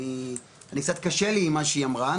אני קצת קשה לי עם מה שהיא אמרה,